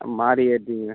ஆ மாறி ஏறிட்டீங்க